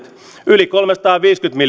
yli kolmesataaviisikymmentä miljoonaa euroa